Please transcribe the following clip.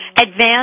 advance